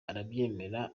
arabyemera